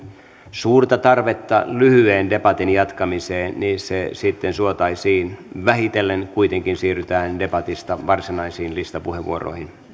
suurta tarvetta lyhyeen debatin jatkamiseen niin se sitten suotaisiin vähitellen kuitenkin siirrytään debatista varsinaisiin listapuheenvuoroihin